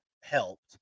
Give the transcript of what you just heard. helped